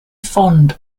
fond